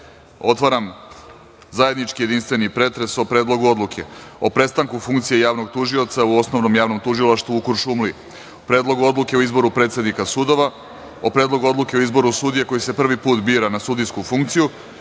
zajednički jedinstveni pretres o Predlogu odluke o prestanku funkcije javnog tužioca u Osnovnom javnom tužilaštvu u Kuršumliji, Predlog odluke o izboru predsednika sudova, o Predlogu odluke o izboru sudija koji se prvi put bira na sudijsku funkciju. Pitam